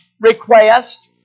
request